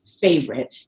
favorite